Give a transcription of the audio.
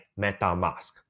MetaMask